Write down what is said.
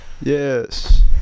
Yes